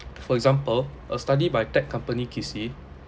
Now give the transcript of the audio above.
for example a study by tech company Kisi